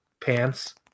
pants